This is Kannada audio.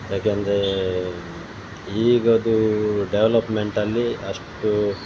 ಯಾಕೆಂದರೆ ಈಗಿಂದು ಡೆವಲಪ್ಮೆಂಟಲ್ಲಿ ಅಷ್ಟು